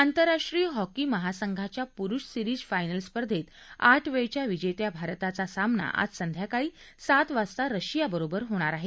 आंतरराष्ट्रीय हॉकी महासंघाच्या पुरुष सिरीज फायनल स्पर्धेत आठ वेळच्या विजेत्या भारताचा सामना आज संध्याकाळी सात वाजता रशियाबरोबर होणार आहे